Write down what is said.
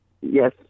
Yes